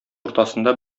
уртасында